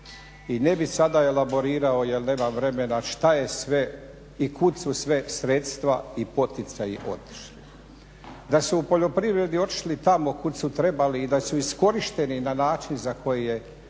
I ne bih sada elaborirao, jer nemam vremena šta je sve i kud su sve sredstva i poticaji otišli. Da su u poljoprivredi otišli tamo kud su trebali i da su iskorišteni na način za koji je